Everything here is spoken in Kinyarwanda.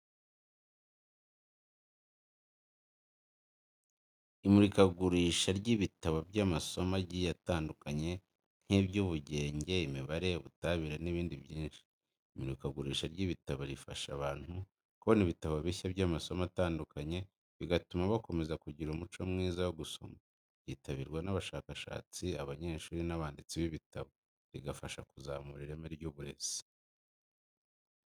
Imurikagurisha ry'ibitabo by'amasomo agiye atandukanye nkiby'ubugenge, imibare, ubutabire n'ibindi byinshi. Imurikagurisha ry’ibitabo rifasha abantu kubona ibitabo bishya by'amasomo atandukanye, bigatuma bakomeza kugira umuco mwiza wo gusoma. Ryitabirwa n'abashakashatsi, abanyeshuri n’abanditsi b'ibitabo, rigafasha kuzamura ireme ry'uburezi.